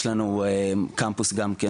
יש לנו גם קמפוס של